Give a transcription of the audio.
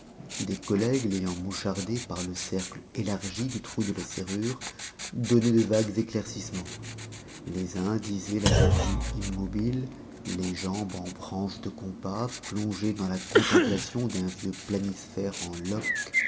des collègues l'ayant mouchardé par le cercle élargi du trou de la serrure donnaient de vagues éclaircissements les uns disaient l'avoir vu immobile les jambes en branches de compas plongé dans la contemplation d'un vieux planisphère en